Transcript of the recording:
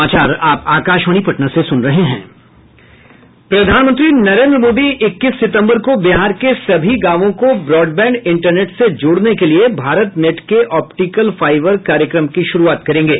प्रधानमंत्री नरेन्द्र मोदी इक्कीस सितम्बर को बिहार के सभी गांवों को ब्रॉडबैंड इंटरनेट से जोड़ने के लिए भारत नेट के ऑप्टिकल फाईबर कार्यक्रम की शुरूआत करेंगे